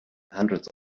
hundreds